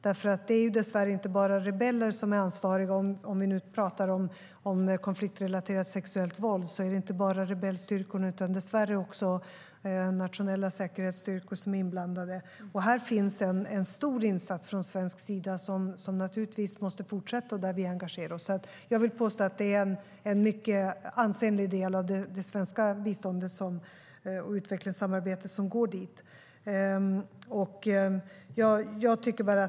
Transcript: När det gäller konfliktrelaterat sexuellt våld är det dessvärre inte bara rebellstyrkorna som är ansvariga, utan även nationella säkerhetsstyrkor är inblandade. Här finns en stor insats från svensk sida som naturligtvis måste fortsätta och där vi engagerar oss. Jag vill påstå att det är en mycket ansenlig del av det svenska biståndet och utvecklingssamarbetet som går dit.